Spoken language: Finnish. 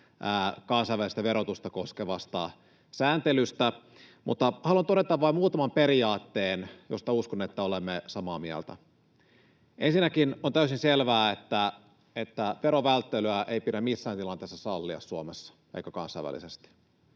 kansainvälisestä verotusta koskevasta sääntelystä — mutta haluan todeta vain muutaman periaatteen, joista, uskon, olemme samaa mieltä. Ensinnäkin on täysin selvää, että verovälttelyä ei pidä missään tilanteessa sallia Suomessa eikä kansainvälisesti.